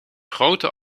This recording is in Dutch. grote